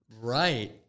Right